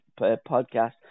podcast